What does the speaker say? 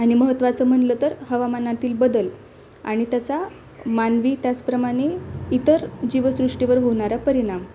आणि महत्त्वाचं म्हणलं तर हवामानातील बदल आणि त्याचा मानवी त्याचप्रमाणे इतर जीवसृष्टीवर होणारा परीणाम